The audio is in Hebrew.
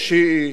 השיעי,